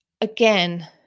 again